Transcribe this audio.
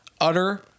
utter